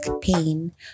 pain